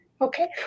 okay